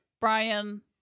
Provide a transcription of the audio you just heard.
Brian